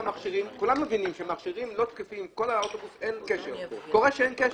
כולם מבינים שלעתים המכשירים לא תקפים וקורה שאין קשר.